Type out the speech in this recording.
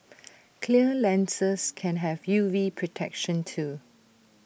clear lenses can have U V protection too